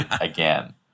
again